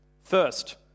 First